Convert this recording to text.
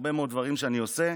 מהרבה מאוד דברים שאני עושה.